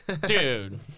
Dude